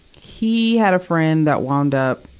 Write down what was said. he had a friend that wound up,